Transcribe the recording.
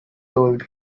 told